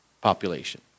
population